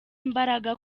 imbaraga